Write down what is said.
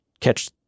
catch